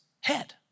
head